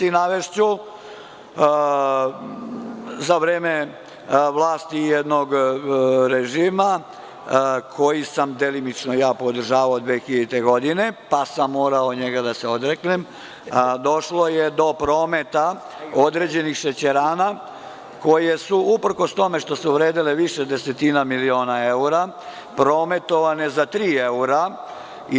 Navešću za vreme vlasti jednog režima, koji sam delimično podržavao 2000. godine pa sam morao da ga se odreknem, došlo je do prometa određenih šećerana koje su uprkos tome što su vredele više desetina miliona evra prometovane za tri evra.